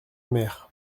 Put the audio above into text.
mer